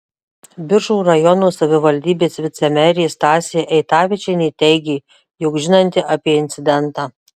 biržų rajono savivaldybės vicemerė stasė eitavičienė teigė jog žinanti apie incidentą